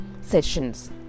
sessions